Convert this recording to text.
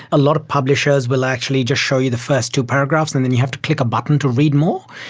a lot of publishers will actually just show you the first two paragraphs and then you have to click a button to read more,